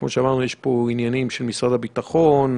כמו שאמרנו, יש פה עניינים של משרד הביטחון.